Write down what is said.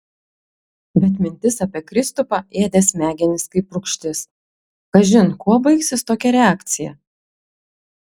bet mintis apie kristupą ėdė smegenis kaip rūgštis kažin kuo baigsis tokia reakcija